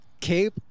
cape